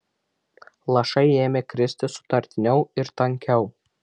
lašai ėmė kristi sutartiniau ir tankiau